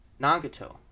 nagato